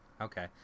okay